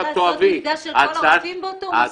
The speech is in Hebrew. --- אפשר לעשות מפגש של כל הרופאים באותו מוסד.